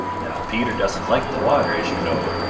now peter doesn't like the water, as you know,